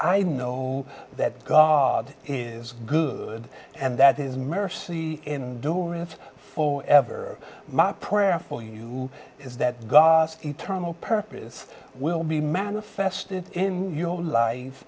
i know that god is good and that is mercy do it for ever my prayer for you is that god internal purpose will be manifested in your life